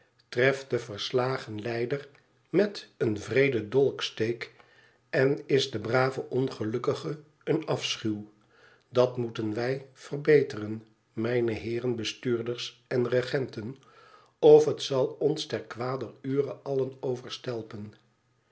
treft den verslagen lijder met een wreeden dolksteek en is den braven ongelukkige een afschuw dat moeten wij verbeteren mijne heeren bestuurders en regenten ofhet zal ons ter kwader ure allen